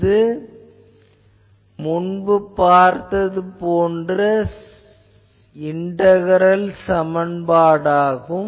இது முன்பு பார்த்தது போன்ற இண்டகரல் சமன்பாடு ஆகும்